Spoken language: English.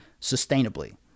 sustainably